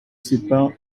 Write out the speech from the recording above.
sépare